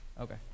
Okay